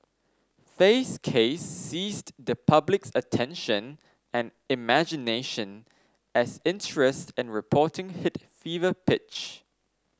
fay's case seized the public's attention and imagination as interest and reporting hit fever pitch